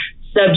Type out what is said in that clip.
subject